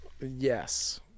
yes